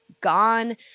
gone